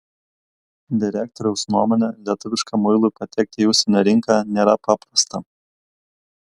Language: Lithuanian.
direktoriaus nuomone lietuviškam muilui patekti į užsienio rinką nėra paprasta